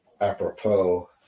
apropos